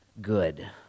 good